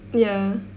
ya